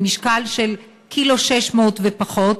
במשקל של 1.6 ק"ג ופחות,